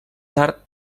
tard